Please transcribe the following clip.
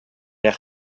air